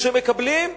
כשמקבלים,